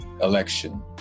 election